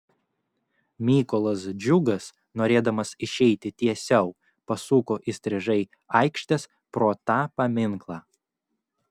mykolas džiugas norėdamas išeiti tiesiau pasuko įstrižai aikštės pro tą paminklą